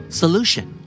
solution